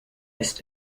ist